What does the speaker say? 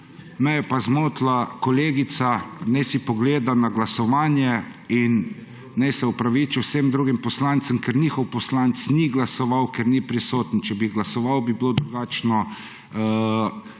me je pa zmotila kolegica, naj si pogleda na glasovanje in naj se opraviči vsem drugim poslancem, ker njihov poslanec ni glasoval, ker ni prisoten. Če bi glasoval, bi bilo drugačno